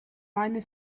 beine